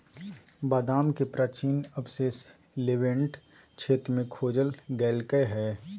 बादाम के प्राचीन अवशेष लेवेंट क्षेत्र में खोजल गैल्के हइ